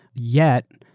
yet,